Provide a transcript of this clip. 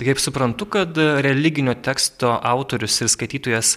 tai kaip suprantu kad religinio teksto autorius ir skaitytojas